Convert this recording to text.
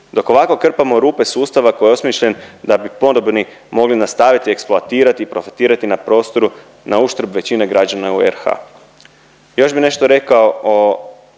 Dok ovako krpamo rupe sustava koji je osmišljen da bi podobni mogli nastaviti eksploatirati i profitirani na prostoru na uštrb većine građana u RH.